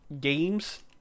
games